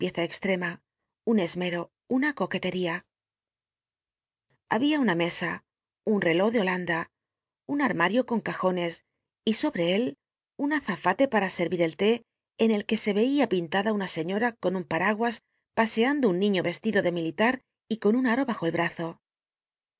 extrema un csmcto una coquelería habia una mesa un tcló de holanda un a r mario con tjones y sobre él un azafate p u'a set i el lé en el que se veia pintada una señora con un paragua paseando un niiío y estido de mil ilat y con un aro bajo el brazo